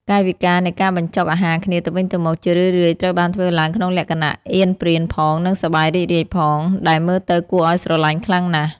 កាយវិការនៃការបញ្ចុកអាហារគ្នាទៅវិញទៅមក ជារឿយៗត្រូវបានធ្វើឡើងក្នុងលក្ខណៈអៀនប្រៀនផង និងសប្បាយរីករាយផង ដែលមើលទៅគួរឱ្យស្រឡាញ់ខ្លាំងណាស់។